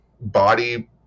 body